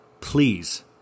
please